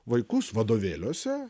vaikus vadovėliuose